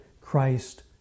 Christ